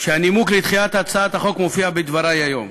תהיה שהנימוק לדחיית הצעת החוק מופיע בדברי היום.